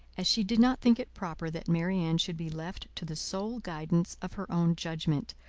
as she did not think it proper that marianne should be left to the sole guidance of her own judgment,